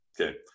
Okay